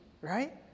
Right